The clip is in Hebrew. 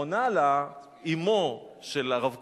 עונה לה אמו של הרב קוק: